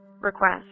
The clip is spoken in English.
request